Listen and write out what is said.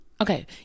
okay